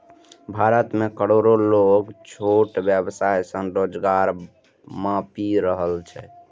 भारत मे करोड़ो लोग छोट व्यवसाय सं रोजगार पाबि रहल छै